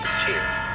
cheers